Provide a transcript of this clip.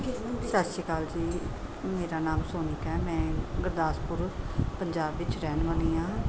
ਸਤਿ ਸ਼੍ਰੀ ਅਕਾਲ ਜੀ ਮੇਰਾ ਨਾਮ ਸੋਨੀਕਾ ਮੈਂ ਗੁਰਦਾਸਪੁਰ ਪੰਜਾਬ ਵਿੱਚ ਰਹਿਣ ਵਾਲੀ ਹਾਂ